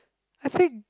I think